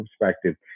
perspective